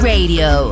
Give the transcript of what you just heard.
Radio